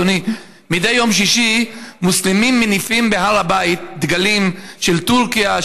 אדוני: מדי יום שישי מוסלמים מניפים בהר הבית דגלים של טורקיה,